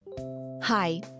Hi